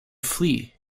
flee